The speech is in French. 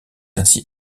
ainsi